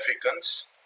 Africans